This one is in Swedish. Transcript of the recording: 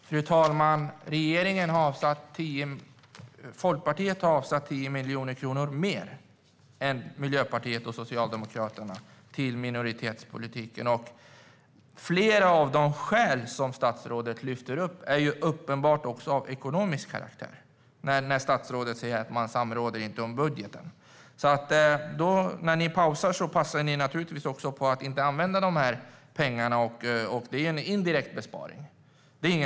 Fru talman! Folkpartiet har avsatt 10 miljoner kronor mer än Miljöpartiet och Socialdemokraterna till minoritetspolitiken. Flera av de skäl statsrådet lyfte upp är uppenbart av ekonomisk karaktär, och statsrådet säger att man inte samråder om budgeten. När ni pausar passar ni naturligtvis på att inte använda dessa pengar, Alice Bah Kuhnke. Det är en indirekt besparing, inte en satsning.